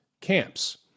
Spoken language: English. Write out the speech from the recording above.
camps